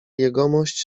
jegomość